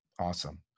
Awesome